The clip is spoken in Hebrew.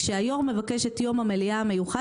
כשהיושב ראש מבקש את יום המליאה המיוחד,